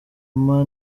mani